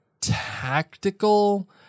tactical